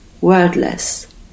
wordless